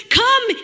come